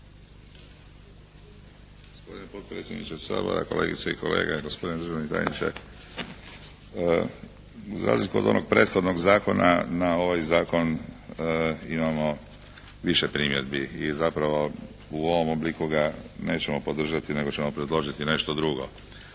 Gospodine potpredsjedniče Sabora, kolegice i kolege, gospodine državni tajniče. Za razliku od onog prethodnog zakona na ovaj zakon imamo više primjedbi i zapravo u ovom obliku ga nećemo podržati nego ćemo predložiti nešto drugo.